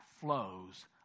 flows